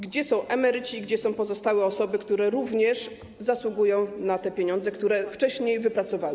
Gdzie są emeryci i gdzie są pozostałe osoby, które również zasługują na te pieniądze, które wcześniej wypracowały?